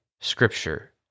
Scripture